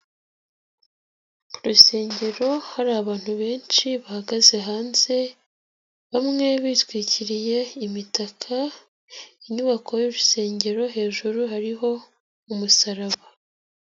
Urusengero hari abantu benshi bahagaze hanze, bamwe bitwikiriye imitaka, inyubako y'urusengero hejuru hariho umusaraba.